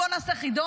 בואו נעשה חידון?